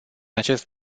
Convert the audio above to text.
acest